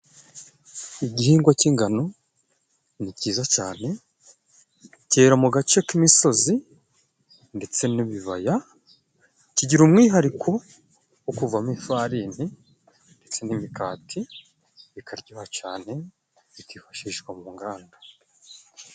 Igihingwa cy'ingano ni cyiza cane, cyera mu gace k'imisozi ndetse n'ibibaya, kigira umwihariko wo kuvamo ifarini ndetse n'imikati, bikaryoha cane bikifashishwa mu nganda.